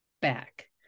back